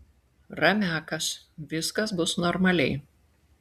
ramiakas viskas bus normaliai